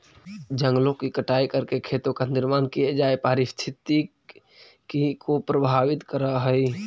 जंगलों की कटाई करके खेतों का निर्माण किये जाए पारिस्थितिकी को प्रभावित करअ हई